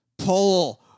Pull